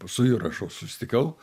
su jurašu susitikau